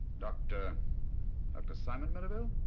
doctor ah simon merrivale?